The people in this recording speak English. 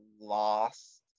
lost